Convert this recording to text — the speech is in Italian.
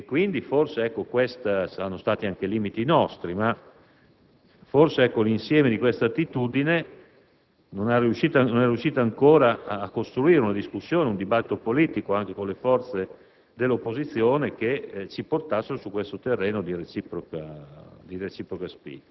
Paese. Forse saranno stati anche limiti nostri, ma sull'insieme di queste attitudini non si è riusciti ancora a costruire una discussione, un dibattito politico, anche con le forze dell'opposizione, che ci portasse su un terreno di reciproca sfida.